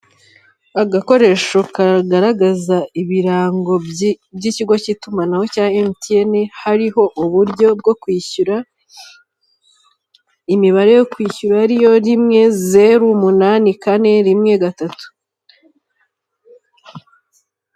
Agakoresho kagaragaza ibirango by'ikigo cy'itumanaho cya MTN, hariho uburyo bwo kwishyura, imibare yo kwishyura ari yo rimwe, zeru, umunane, kane, rimwe, gatatu.